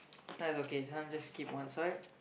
this one is okay this one just keep one side